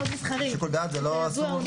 שיקול דעת זה לא אסור לו.